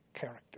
character